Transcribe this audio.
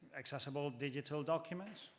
accessible digital documents,